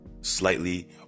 slightly